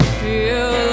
feel